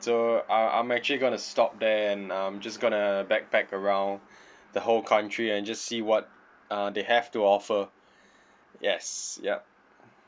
so uh I'm actually gonna stop there and I'm just gonna backpack around the whole country and just see what uh they have to offer yes yup